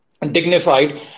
Dignified